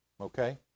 okay